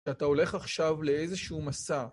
שאתה הולך עכשיו לאיזשהו מסע.